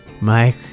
mike